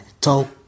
talk